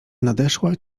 nadeszła